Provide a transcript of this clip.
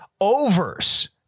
Overs